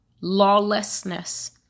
Lawlessness